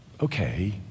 okay